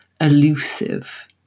elusive